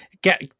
Get